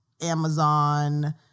Amazon